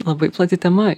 labai plati tema